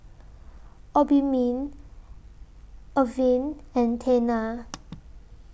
Obimin Avene and Tena